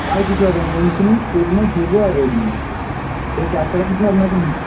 আর কিছু হবেনা Infinix Tecno Vivo আর রেডমি এই চারটে আপনাকে